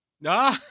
No